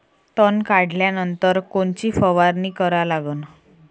तन काढल्यानंतर कोनची फवारणी करा लागन?